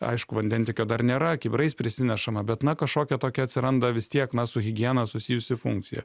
aišku vandentiekio dar nėra kibirais prisinešama bet na kažkokia tokia atsiranda vis tiek na su higiena susijusi funkcija